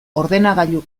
ordenagailu